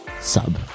Sub